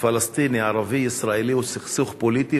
הפלסטיני-ערבי ישראלי הוא סכסוך פוליטי.